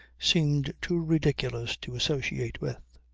seemed too ridiculous to associate with.